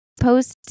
post